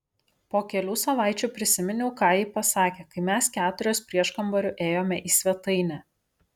po kelių savaičių prisiminiau ką ji pasakė kai mes keturios prieškambariu ėjome į svetainę